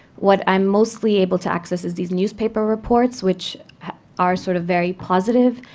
what i'm mostly able to access is these newspaper reports which are sort of very positive,